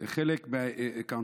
זה חלק מה-accountability.